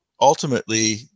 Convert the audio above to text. ultimately